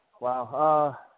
Wow